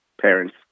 parents